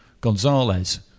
Gonzalez